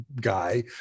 guy